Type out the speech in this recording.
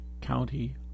County